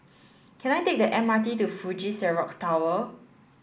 can I take the M R T to Fuji Xerox Tower